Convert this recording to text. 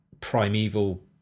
primeval